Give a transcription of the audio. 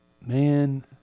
Man